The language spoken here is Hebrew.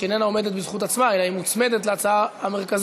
שאיננה עומדת בזכות עצמה אלא היא מוצמדת להצעה המרכזית,